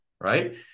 right